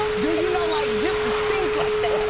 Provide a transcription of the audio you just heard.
do you know, like, just things like that?